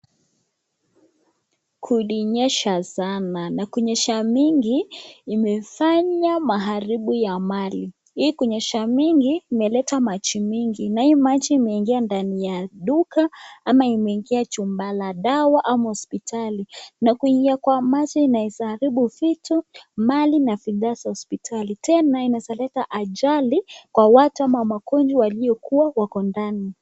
Kulinyesha sana na kunyesha mingi imefanya uharibifu wa mali. Hii kunyesha mingi imeleta maji mingi na hii maji imeingia ndani ya duka ama imeingia chumba la dawa ama hospitali. Na kuingia kwa maji inaweza haribu vitu, mali na bidhaa za hospitali. Tena inaweza leta ajali kwa watu ama magonjwa waliokuwa wako ndani.